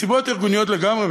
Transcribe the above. מסיבות ארגוניות לגמרי,